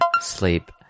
sleep